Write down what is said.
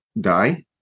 die